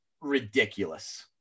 ridiculous